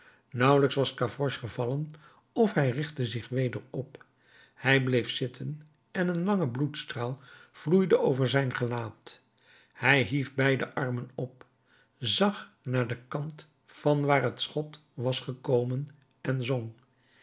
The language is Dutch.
nauwelijks was gavroche gevallen of hij richtte zich weder op hij bleef zitten en een lange bloedstraal vloeide over zijn gelaat hij hief beide armen op zag naar den kant van waar het schot was gekomen en zong